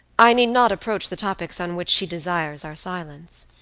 i need not approach the topics on which she desires our silence.